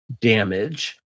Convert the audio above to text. damage